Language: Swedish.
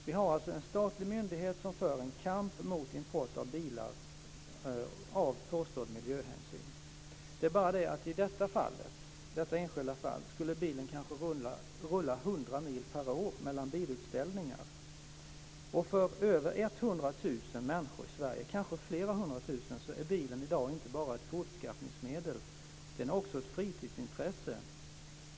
Vi har alltså en statlig myndighet som, av påstådd miljöhänsyn, för en kamp mot import av bilar. Det är bara det att i detta enskilda fall skulle bilen kanske rulla 100 mil per år mellan bilutställningar. För över hundratusen, kanske flera hundra tusen, människor i Sverige i dag är bilen inte bara ett fortskaffningsmedel utan också ett fritidsintresse.